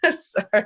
sorry